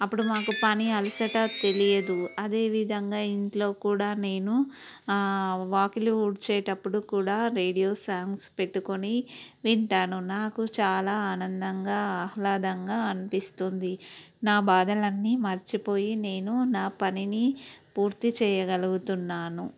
అప్పుడు మాకు పని అలసట తెలీదు అదే విధంగా ఇంట్లో కూడా నేను వాకిలి ఊడ్చేటప్పుడు కూడా రేడియో సాంగ్స్ పెట్టుకుని వింటాను నాకు చాలా ఆనందంగా ఆహ్లాదంగా అనిపిస్తుంది నా బాధలన్నీ మర్చిపోయి నేను నా పనిని పూర్తి చేయగలుగుతున్నాను